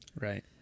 Right